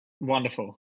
Wonderful